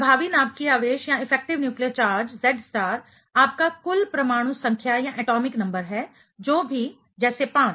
प्रभावी नाभिकीय आवेश effective nuclear charge Z star आपका कुल परमाणु संख्या एटॉमिक नंबर है जो भी जैसे 5